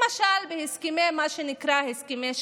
למשל במה שנקרא "הסכמי שלום",